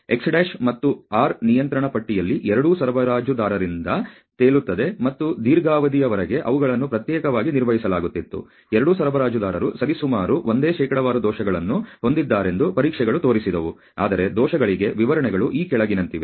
X' ಮತ್ತು R ನಿಯಂತ್ರಣ ಪಟ್ಟಿಯಲ್ಲಿ ಎರಡೂ ಸರಬರಾಜುದಾರರಿಂದ ತೇಲುತ್ತದೆ ಮತ್ತು ದೀರ್ಘಾವಧಿಯವರೆಗೆ ಅವುಗಳನ್ನು ಪ್ರತ್ಯೇಕವಾಗಿ ನಿರ್ವಹಿಸಲಾಗುತ್ತಿತ್ತು ಎರಡೂ ಸರಬರಾಜುದಾರರು ಸರಿಸುಮಾರು ಒಂದೇ ಶೇಕಡಾವಾರು ದೋಷಗಳನ್ನು ಹೊಂದಿದ್ದಾರೆಂದು ಪರೀಕ್ಷೆಗಳು ತೋರಿಸಿದವು ಆದರೆ ದೋಷಗಳಿಗೆ ವಿವರಣೆಗಳು ಈ ಕೆಳಗಿನಂತಿವೆ